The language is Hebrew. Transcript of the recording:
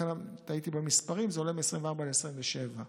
לכן טעיתי במספרים, זה עולה מ-24 ל-27,